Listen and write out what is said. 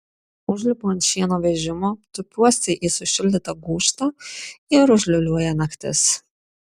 užlipu ant šieno vežimo tupiuosi į sušildytą gūžtą ir užliūliuoja naktis